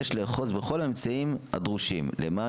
יש לאחוז בכל האמצעים הדרושים למען